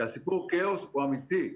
סיפור הכאוס הוא אמיתי.